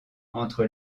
entre